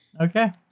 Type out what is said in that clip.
Okay